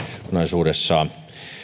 kokonaisuudessaan